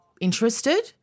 interested